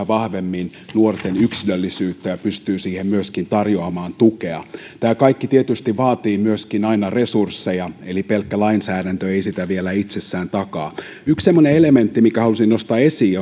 vahvemmin nuorten yksilöllisyyttä ja pystyy siihen myöskin tarjoamaan tukea tämä kaikki tietysti vaatii aina myöskin resursseja eli pelkkä lainsäädäntö ei sitä vielä itsessään takaa yksi semmoinen elementti minkä haluaisin nostaa esiin